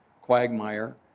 quagmire